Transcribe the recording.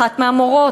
אחת מהמורות,